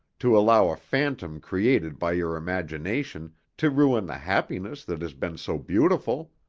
to allow a phantom created by your imagination to ruin the happiness that has been so beautiful.